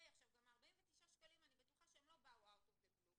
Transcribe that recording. גם ה-49 שקלים אני בטוחה שהם לא באו אאוט אוף דה בלו,